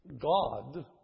God